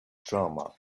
drama